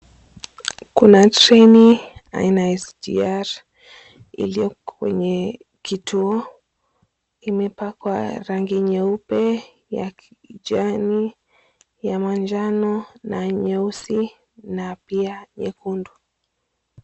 Kuna treni aina ya SGR iliyo kwenye kituo imepakwa rangi nyeupe, ya kijani, ya manjano, na nyeusi na pia nyekundu.